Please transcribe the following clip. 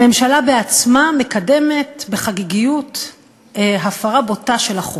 הממשלה עצמה מקדמת בחגיגיות הפרה בוטה של החוק.